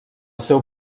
seu